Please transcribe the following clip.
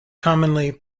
commonly